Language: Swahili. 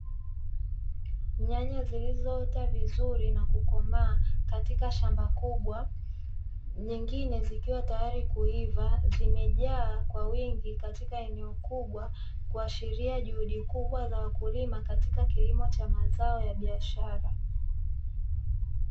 Nyanya zilizoota vizuri na kukomaa katika shamba kubwa, nyingine zikiwa tayari kuiva, zimejaa kwa wingi katika eneo kubwa, kuashiria juhudi kubwa za wakulima katika kilimo cha mazao ya biashara.